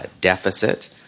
deficit